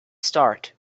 start